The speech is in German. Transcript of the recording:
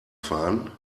fahren